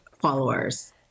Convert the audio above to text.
followers